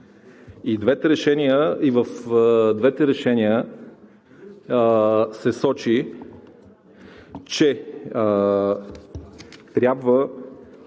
И в двете решения се сочи, че